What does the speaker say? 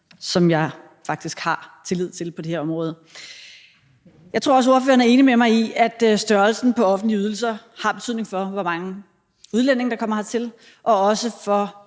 som jeg faktisk har tillid til, på det her område. Jeg tror også, at ordføreren er enig med mig i, at størrelsen på offentlige ydelser har betydning for, hvor mange udlændinge der kommer hertil, og også